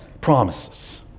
promises